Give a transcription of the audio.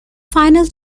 final